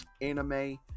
anime